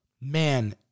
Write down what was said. man